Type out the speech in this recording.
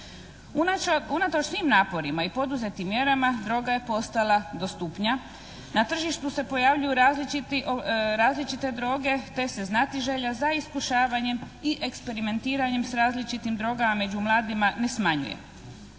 Unatoč svim naporima i poduzetim mjerama droga je postala dostupnija, na tržištu se pojavljuju različite droge te se znatiželja za iskušavanjem i eksperimentiranjem s različitim drogama među mladima ne smanjuje.